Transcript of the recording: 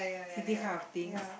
city kind of things